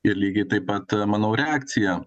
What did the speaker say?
ir lygiai taip pat manau reakcija